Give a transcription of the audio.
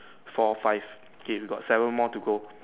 four five okay we got seven more to go